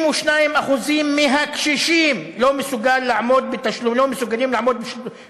92% מהקשישים לא מסוגלים לעמוד בתשלומים